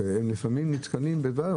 רק לפעמים הם נתקלים בבעיה.